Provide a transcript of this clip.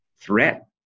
threat